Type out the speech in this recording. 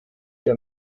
der